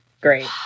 great